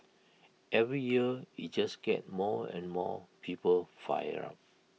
every year IT just gets more and more people fired up